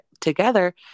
together